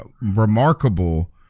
remarkable